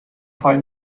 fall